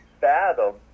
fathom